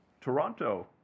Toronto